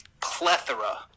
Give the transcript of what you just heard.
plethora